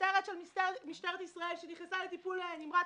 שוטרת במשטרת ישראל שנכנסה לטיפול נמרץ